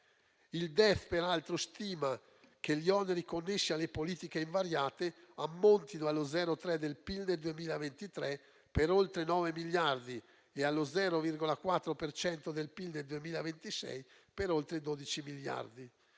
Il DEF peraltro stima che gli oneri connessi alle politiche invariate ammontino allo 0,3 per cento del PIL nel 2023 per oltre 9 miliardi e allo 0,4 per cento del PIL nel 2026 per oltre 12 miliardi.